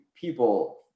people